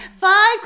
five